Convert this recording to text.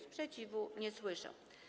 Sprzeciwu nie słyszę.